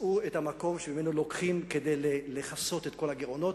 מצאו את המקום שממנו לוקחים כדי לכסות את כל הגירעונות,